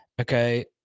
Okay